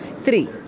three